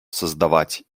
создавать